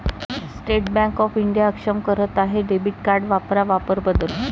state Bank of India अक्षम करत आहे डेबिट कार्ड वापरा वापर बदल